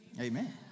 amen